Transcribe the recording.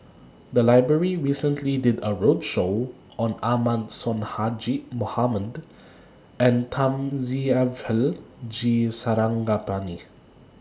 The Library recently did A roadshow on Ahmad Sonhadji Mohamad and Thamizhavel G Sarangapani